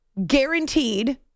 guaranteed